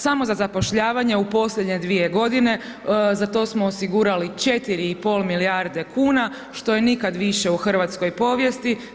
Samo za zapošljavanje u posljednje 2 godine za to smo osigurali 4,5 milijarde kuna što je nikad više u hrvatskoj povijesti.